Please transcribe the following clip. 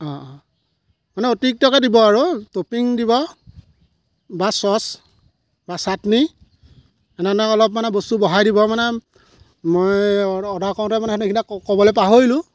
অ' অ' মানে অতিৰিক্তকৈ দিব আৰু ট'পিং দিব বা চ'চ বা চাটনি এনে এনে অলপ মানে বস্তু বঢ়াই দিব মানে মই অ অৰ্ডাৰ কৰোঁতে মানে সেইকেইটা ক'বলৈ পাহৰিলো